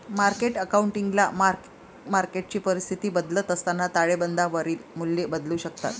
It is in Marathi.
मार्केट अकाउंटिंगला मार्क मार्केटची परिस्थिती बदलत असताना ताळेबंदावरील मूल्ये बदलू शकतात